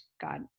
God